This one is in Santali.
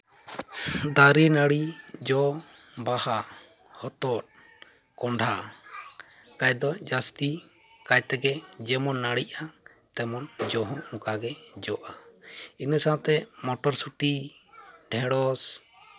ᱫᱟᱨᱮ ᱱᱟᱹᱲᱤ ᱡᱚ ᱵᱟᱦᱟ ᱦᱚᱛᱚᱫ ᱠᱚᱦᱚᱸᱰᱟ ᱠᱷᱟᱡ ᱫᱚ ᱡᱟᱹᱥᱛᱤ ᱠᱟᱭᱛᱮᱜᱮ ᱡᱮᱢᱚᱱ ᱱᱟᱹᱲᱤᱜᱼᱟ ᱛᱮᱢᱚᱱ ᱡᱚ ᱦᱚᱸ ᱚᱱᱠᱟ ᱜᱮ ᱡᱚᱜᱼᱟ ᱤᱱᱟᱹ ᱥᱟᱶᱛᱮ ᱢᱚᱴᱚᱨ ᱥᱩᱴᱤ ᱰᱷᱮᱬᱚᱥ